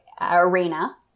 arena